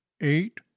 eight